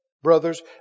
brothers